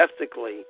ethically